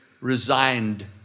resigned